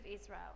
Israel